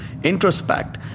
introspect